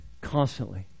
constantly